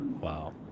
Wow